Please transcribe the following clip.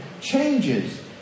changes